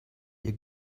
ihr